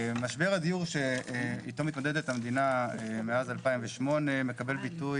משבר הדיון שאיתו מתמודדת המדינה מאז 2008 מקבל ביטוי